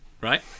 Right